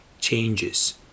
changes